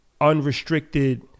unrestricted